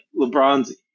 lebron's